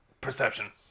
perception